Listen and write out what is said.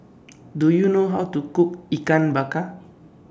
Do YOU know How to Cook Ikan Bakar